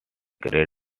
great